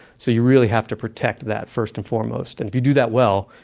so you really have to protect that, first and foremost. and if you do that well,